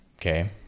okay